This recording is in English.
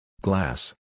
Glass